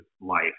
life